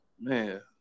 Man